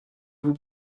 vous